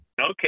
Okay